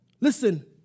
Listen